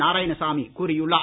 நாராயணசாமி கூறியுள்ளார்